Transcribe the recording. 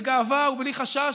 בגאווה ובלי חשש,